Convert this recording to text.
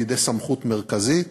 בידי סמכות מרכזית,